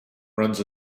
runs